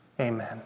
Amen